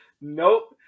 nope